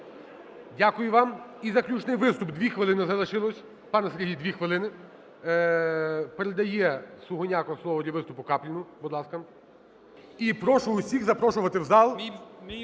Дякую вам. І заключний виступ, 2 хвилини залишилося. Пане Сергій, дві хвилини. Передає Сугоняко слово для виступу Капліну. Будь ласка. І прошу всіх запрошувати в зал.